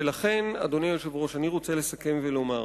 ולכן, אדוני היושב-ראש, אני רוצה לסכם ולומר,